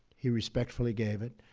he respectfully gave it.